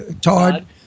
Todd